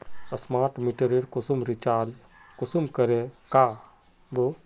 Smart मीटरेर कुंसम recharge कुंसम करे का बो?